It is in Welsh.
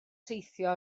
teithio